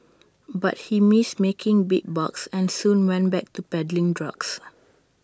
but he missed making big bucks and soon went back to peddling drugs